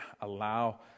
allow